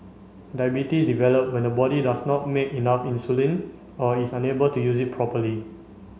diabetes develop when the body does not make enough insulin or is unable to use it properly